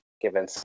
given